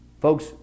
Folks